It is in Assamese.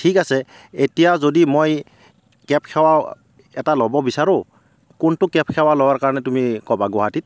ঠিক আছে এতিয়া যদি মই কেব সেৱা এটা ল'ব বিচাৰোঁ কোনটো কেব সেৱা লোৱাৰ কাৰণে তুমি ক'বা গুৱাহাটীত